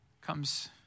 comes